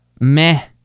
meh